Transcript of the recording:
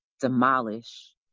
demolish